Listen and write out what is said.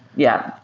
yeah.